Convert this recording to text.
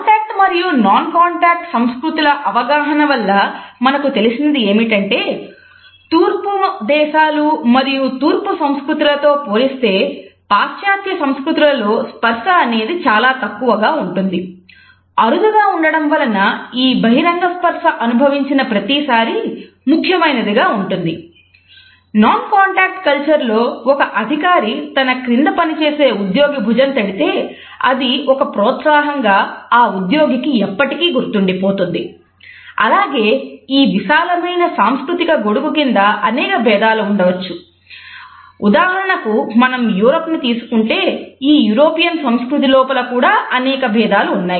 contact సంస్కృతి లోపల కూడా అనేక భేదాలు ఉన్నాయి